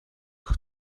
өгөх